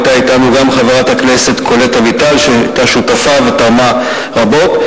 היתה אתנו גם חברת הכנסת קולט אביטל שהיתה שותפה ותרמה רבות.